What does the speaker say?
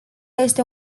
este